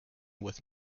with